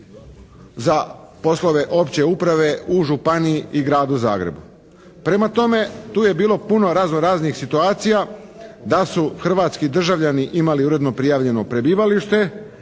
za poslove opće uprave u županiji i Gradu Zagrebu. Prema tome, tu je bilo puno razno-raznih situacija da su hrvatski državljani imali uredno prijavljeno prebivalište